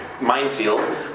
minefield